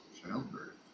childbirth